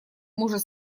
может